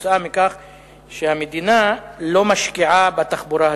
משום שהמדינה לא משקיעה בתחבורה ציבורית.